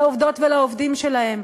לעובדות ולעובדים שלהם.